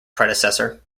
predecessor